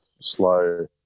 slow